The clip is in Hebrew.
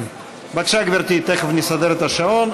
בבקשה, גברתי, תכף נסדר את השעון.